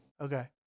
Okay